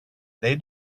they